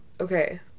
okay